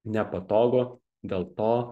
nepatogu dėl to